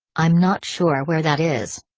i'm not sure where that is.